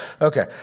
Okay